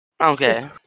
Okay